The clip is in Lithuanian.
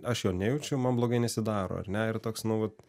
aš jo nejaučiu man blogai nesidaro ar ne ir toks nu vat